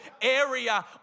area